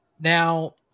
now